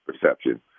perception